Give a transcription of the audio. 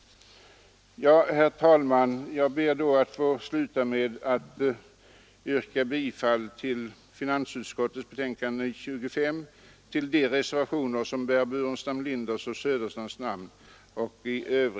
Herr talman! Jag ber avslutningsvis att beträffande finansutskottets betänkande nr 25 få yrka bifall till de reservationer som bär herrar